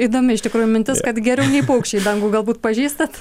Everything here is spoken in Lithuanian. įdomi iš tikrųjų mintis kad geriau nei paukščiai dangų galbūt pažįstat